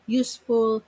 useful